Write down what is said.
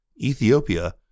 Ethiopia